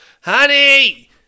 Honey